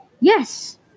Yes